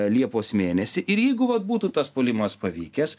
liepos mėnesį ir jeigu vat būtų tas puolimas pavykęs